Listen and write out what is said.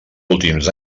últims